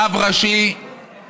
רב ראשי לשעבר,